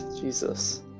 Jesus